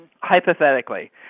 Hypothetically